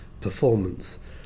performance